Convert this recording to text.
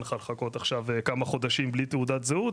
לך לחכות כמה חודשים ללא תעודת זהות,